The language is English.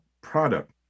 product